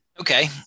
Okay